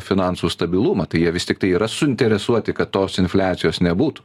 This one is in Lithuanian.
finansų stabilumą tai jie vis tiktai yra suinteresuoti kad tos infliacijos nebūtų